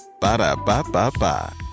Ba-da-ba-ba-ba